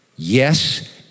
Yes